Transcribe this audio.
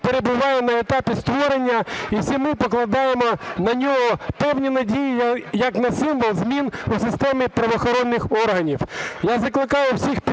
перебуває на етапі створення, і всі ми покладаємо на нього певні надії як на символ змін у системі правоохоронних органів. Я закликаю всіх підтримати